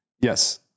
Yes